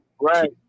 right